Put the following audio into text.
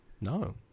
No